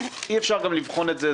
אי אפשר לבחון את זה,